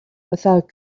without